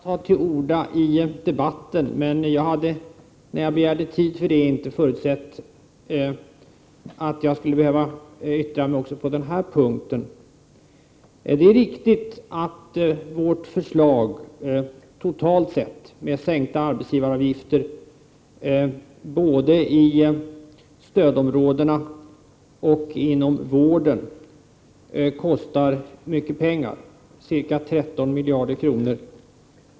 Herr talman! Jag kommer ju snart att ta till orda i ett anförande, men när jag begärde tid för anförandet hade jag inte förutsett att jag skulle behöva yttra mig också på den här punkten. Det är riktigt att vårt förslag totalt sett — med sänkta arbetsgivaravgifter både i stödområdena och inom vården — kostar mycket pengar, ca 13 miljarder kronor.